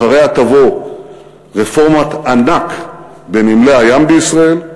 אחריה תבוא רפורמת ענק בנמלי הים בישראל,